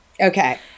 Okay